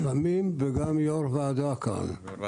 לפעמים, וגם יושב-ראש ועדה כאן.